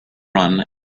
run